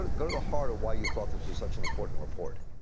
go to the heart of why you thought this is such an important report.